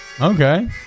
Okay